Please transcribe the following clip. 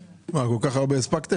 מה, כל כך הרבה הספקתם?